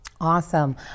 Awesome